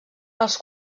els